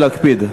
ולהקפיד.